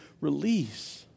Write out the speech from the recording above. release